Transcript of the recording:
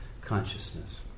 consciousness